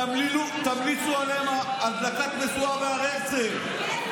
שתמליצו עליכם להדלקת משואה בהר הרצל.